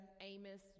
Amos